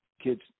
kids